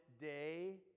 day